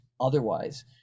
otherwise